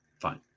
fine